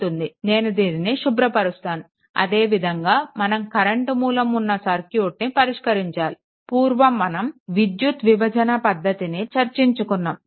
నేను దీనిని శుభ్రపరుస్తాను అదే విధంగా మనం కరెంట్ మూలం ఉన్న సర్క్యూట్ని పరిష్కరించాలి పూర్వం మనం విద్యుత్ విధజన పద్దతిని చర్చించుకున్నాము